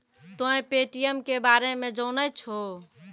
तोंय पे.टी.एम के बारे मे जाने छौं?